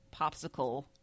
popsicle